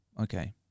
okay